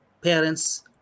parents